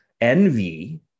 envy